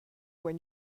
when